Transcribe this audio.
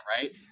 right